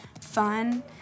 fun